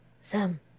sam